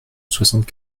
soixante